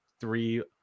three